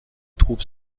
troupes